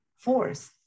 force